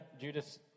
Judas